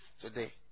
today